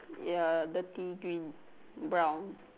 ya dirty green brown